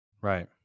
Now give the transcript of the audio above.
Right